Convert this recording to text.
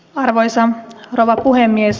arvoisa rouva puhemies